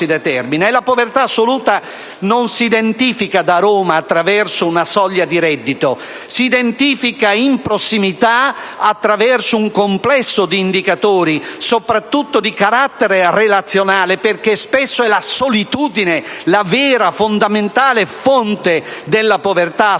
La povertà assoluta non si identifica da Roma, attraverso una soglia di reddito, ma si identifica in prossimità, attraverso un complesso di indicatori soprattutto di carattere relazionale - infatti, spesso la solitudine è la vera e fondamentale fonte della povertà assoluta